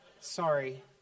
Sorry